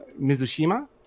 Mizushima